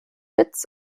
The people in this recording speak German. witz